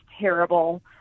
terrible